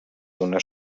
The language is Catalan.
donar